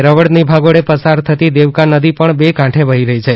વેરાવળની ભાગોળે પસાર થતી દેવકા નદી પણ બે કાંઠે વહી રહી છે